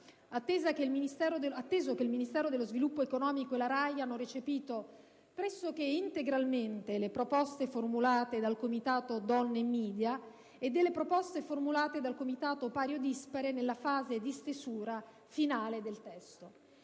atteso che il Ministero dello sviluppo economico e la RAI hanno recepito pressoché integralmente le proposte formulate dal comitato «Donne e *media*» e dal comitato «Pari o dispare» nella fase di stesura finale del testo.